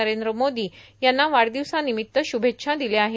नरेंद्र मोदी यांनी वाढदिवसानिमित्त श्रभेच्छा दिल्या आहेत